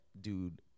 dude